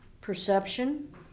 perception